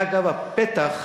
זה, אגב, הפתח,